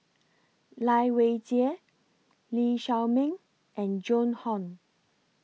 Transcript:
Lai Weijie Lee Shao Meng and Joan Hon